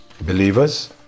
Believers